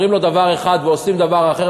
אומרים לו דבר אחד ועושים דבר אחר,